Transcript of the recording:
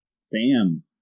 Sam